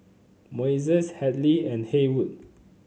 Moises Hadley and Haywood